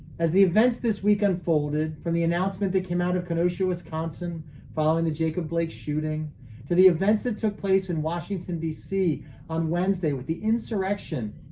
as the events this week unfolded, from the announcement that came out of kenosha, wisconsin following the jacob blake shooting to the events that took place in washington, dc on wednesday with the insurrection,